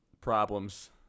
problems